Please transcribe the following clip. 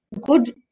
good